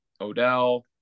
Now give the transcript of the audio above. Odell